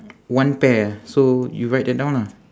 one pear ah so you write that down ah